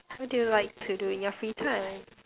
what do you like to do in your free time